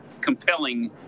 compelling